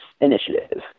initiative